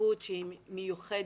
התיישבות שהיא מיוחדת,